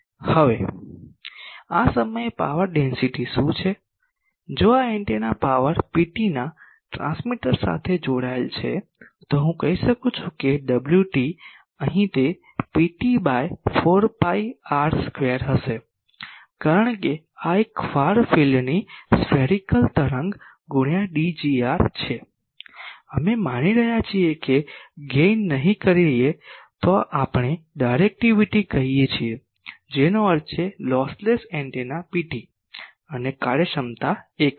હવે આ સમયે પાવર ડેન્સિટી શું છે જો આ એન્ટેના પાવર Pt ના ટ્રાન્સમીટર સાથે જોડાયેલ છે તો હું કહી શકું છું કે Wt અહીં તે Pt by 4 pi R square હશે કારણ કે આ એક ફાર ફિલ્ડની સ્ફેરીકલ તરંગ ગુણ્યા Dgt છે અમે માની રહ્યા છીએ કે ગેઇન નહીં કરીએ આપણે ડાયરેક્ટિવિટી કહીએ છીએ જેનો અર્થ છે લોસલેસ એન્ટેના Pt અને કાર્યક્ષમતા એક છે